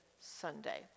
Sunday